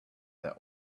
that